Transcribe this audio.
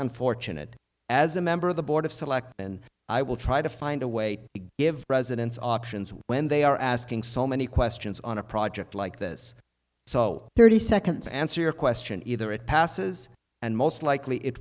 unfortunate as a member of the board of selectmen i will try to find a way to give residents options when they are asking so many questions on a project like this so thirty seconds answer your question either it passes and most likely it